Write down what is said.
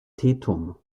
tetum